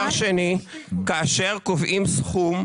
כאשר קובעים סכום,